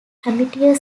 amateur